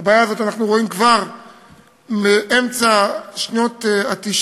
את הבעיה הזאת אנחנו רואים כבר מאמצע שנות ה-90.